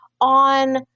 on